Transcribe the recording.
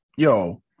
Yo